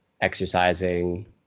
exercising